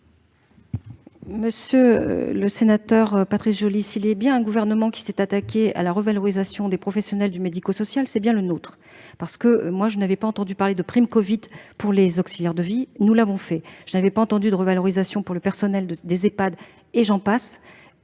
Monsieur le sénateur Patrice Joly, s'il est un gouvernement qui s'est attaqué à la revalorisation des professionnels du secteur médico-social, c'est bien le nôtre. Je n'avais pas entendu parler de prime covid pour les auxiliaires de vie ; nous l'avons fait. Je n'avais pas entendu parler de revalorisation pour le personnel des établissements